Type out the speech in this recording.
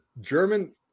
german